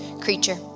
creature